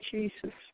Jesus